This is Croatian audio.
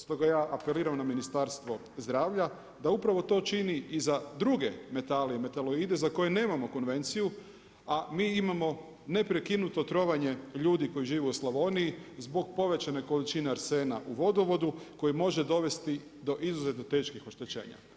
Stoga ja apeliram na Ministarstvo zdravlja da upravo to čini i za druge metale i metaloide za koje nemamo konvenciju, a mi imamo neprekinuto trovanje ljudi koji žive u Slavoniji zbog povećane količine arsena u vodovodu koje može dovesti do izuzetno teških oštećenja.